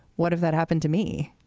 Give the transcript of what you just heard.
what if that happened to me?